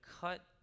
cut